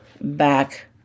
back